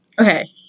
okay